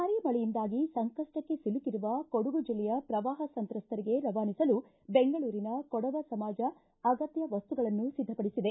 ಭಾರೀ ಮಳೆಯಿಂದಾಗಿ ಸಂಕಪ್ಪಕ್ಕೆ ಸಿಲುಕಿರುವ ಕೊಡಗು ಜಿಲ್ಲೆಯ ಪ್ರವಾಹ ಸಂತ್ರಸ್ತರಿಗೆ ರವಾನಿಸಲು ಬೆಂಗಳೂರಿನ ಕೊಡವ ಸಮಾಜ ಅಗತ್ಯ ವಸ್ತುಗಳನ್ನು ಸಿದ್ಧಪಡಿಸಿದೆ